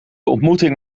ontmoeting